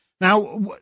Now